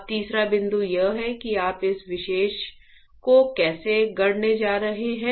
अब तीसरा बिंदु यह है कि आप इस विशेष को कैसे गढ़ने जा रहे हैं